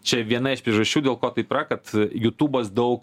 čia viena iš priežasčių dėl ko taip yra kad jutubas daug